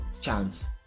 chance